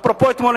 אפרופו אתמול,